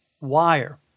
wire